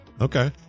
Okay